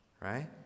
Right